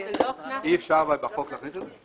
אי אפשר בחוק להכניס את זה?